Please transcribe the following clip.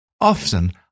Often